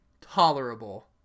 tolerable